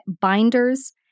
binders